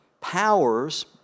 powers